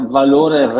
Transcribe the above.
valore